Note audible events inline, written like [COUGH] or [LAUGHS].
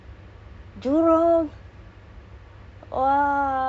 [BREATH] jurong west not east [LAUGHS]